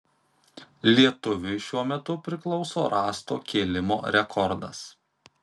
lietuviui šiuo metu priklauso rąsto kėlimo rekordas